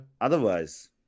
otherwise